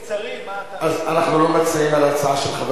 אז אנחנו לא מצביעים על ההצעה של חבר הכנסת אורלב.